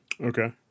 Okay